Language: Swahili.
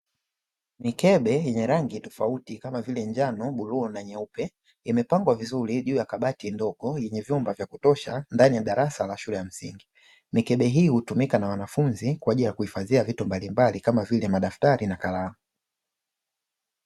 Mikebe yenye rangi tofauti kama vile njano, bluu na nyeupe imepangwa vizuri juu ya kabati ndogo yenye vyumba vya kutosha ndani ya darasa la shule ya msingi. Mikebe hii hutumika na wanafunzi kwa ajili ya kuhifadhia vitu mbalimbali kama vile madaftari na kalamu.